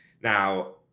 Now